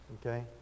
okay